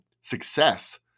success